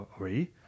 already